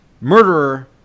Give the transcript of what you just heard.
Murderer